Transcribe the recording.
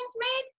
made